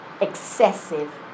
excessive